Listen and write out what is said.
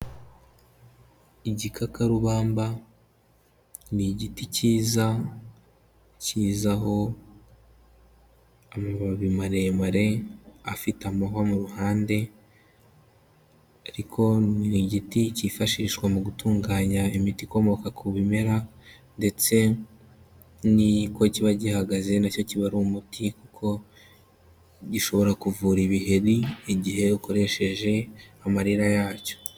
Igikakarubamba ni igiti cyiza, cyizaho amababi maremare afite amahwa mu ruhande ariko ni igiti cyifashishwa mu gutunganya imiti ikomoka ku bimera, ndetse niko kiba gihagaze na cyo kiba ari umuti kuko gishobora kuvura ibiheri igihe ukoresheje amarira yacyo.